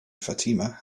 fatima